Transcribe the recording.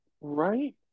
right